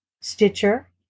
Stitcher